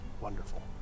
wonderful